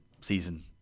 season